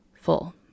full